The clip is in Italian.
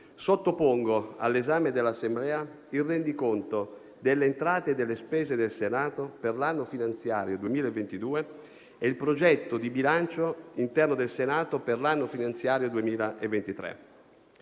sottopongo all'esame dell'Assemblea il rendiconto delle entrate e delle spese del Senato per l'anno finanziario 2022 e il progetto di bilancio interno del Senato per l'anno finanziario 2023.